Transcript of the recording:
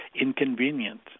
inconvenient